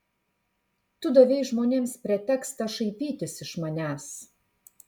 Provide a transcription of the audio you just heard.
tu davei žmonėms pretekstą šaipytis iš manęs